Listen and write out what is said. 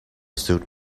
suit